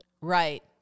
Right